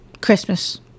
Christmas